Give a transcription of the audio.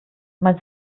mal